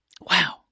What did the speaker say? Wow